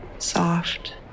soft